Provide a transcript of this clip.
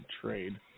trade